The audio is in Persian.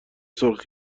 سرخ